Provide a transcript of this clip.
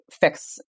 fix